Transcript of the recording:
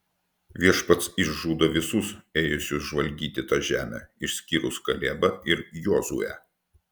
viešpats išžudo visus ėjusius žvalgyti tą žemę išskyrus kalebą ir jozuę